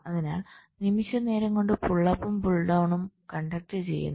അതിനാൽ നിമിഷനേരംകൊണ്ട് പുൾ അപ്പും പുൾ ടൌണും കണ്ടക്ട് ചെയ്യുന്നു